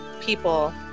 people